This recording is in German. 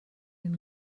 den